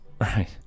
Right